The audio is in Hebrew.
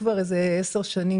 כבר 10 שנים,